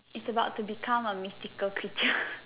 is about to become a mystical creature